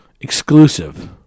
Exclusive